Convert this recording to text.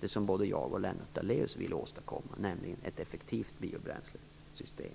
det som både Lennart Daléus och jag vill åstadkomma, nämligen ett effektivt biobränslesystem.